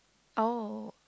oh